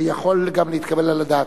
יכול גם להתקבל על הדעת.